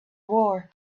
war